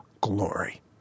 glory